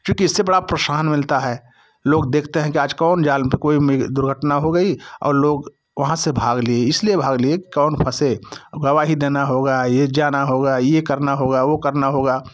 क्योंकि इससे बड़ा प्रोत्सहन मिलता है लोग देखते हैं कि आज कौन जाल में तो कोई में दुर्घटना हो गई और लोग वहाँ से भाग लिए इसलिए भाग लिए की कौन फंसे और गवाही देना होगा ये जाना होगा ये करना होगा वो करना होगा